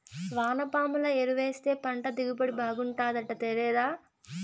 వానపాముల ఎరువేస్తే పంట దిగుబడి బాగుంటాదట తేరాదా